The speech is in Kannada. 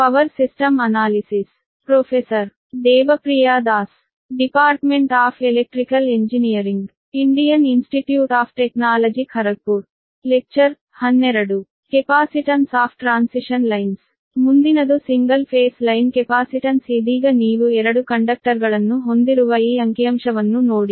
ಕ್ಯಾಪಾಸಿಟನ್ಸ್ ಆಫ್ ಟ್ರಾನ್ಸಿಷನ್ ಲೈನ್ಸ್ ಮುಂದಿನದು ಸಿಂಗಲ್ ಫೇಸ್ ಲೈನ್ ಕ್ಯಾಪಾಸಿಟನ್ಸ್ ಇದೀಗ ನೀವು 2 ಕಂಡಕ್ಟರ್ಗಳನ್ನು ಹೊಂದಿರುವ ಈ ಅಂಕಿಅಂಶವನ್ನು ನೋಡಿ